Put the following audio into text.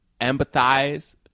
empathize